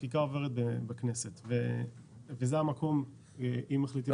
החקיקה עוברת בכנסת וזה המקום אם מחליטים.